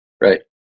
right